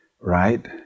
right